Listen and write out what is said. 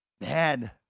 Man